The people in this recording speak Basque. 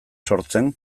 sortzen